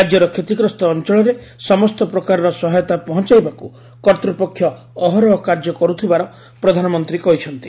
ରାଜ୍ୟର କ୍ଷତିଗ୍ରସ୍ତ ଅଞ୍ଚଳରେ ସମସ୍ତ ପ୍ରକାରର ସହାୟତା ପହଞ୍ଚାଇବାକୁ କର୍ତ୍ତ୍ୱପକ୍ଷ ଅହରହ କାର୍ଯ୍ୟ କରୁଥିବାର ପ୍ରଧାନମନ୍ତ୍ରୀ କହିଛନ୍ତି